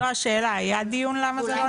אז זו השאלה, היה דיון למה זה לא נבחר?